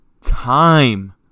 time